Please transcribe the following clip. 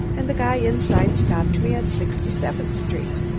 and the guy inside stopped me at sixty-seventh street.